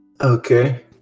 okay